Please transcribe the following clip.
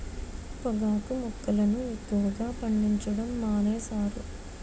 పొగాకు మొక్కలను ఎక్కువగా పండించడం మానేశారు